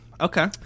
Okay